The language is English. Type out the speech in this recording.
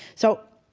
so,